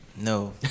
No